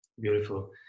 Beautiful